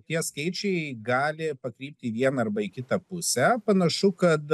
tie skaičiai gali pakrypti į vieną arba į kitą pusę panašu kad